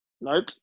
Nope